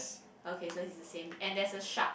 okay so it's the same and there is a shark